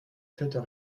faites